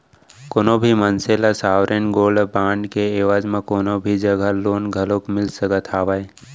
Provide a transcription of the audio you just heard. कोनो भी मनसे ल सॉवरेन गोल्ड बांड के एवज म कोनो भी जघा लोन घलोक मिल सकत हावय